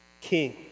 king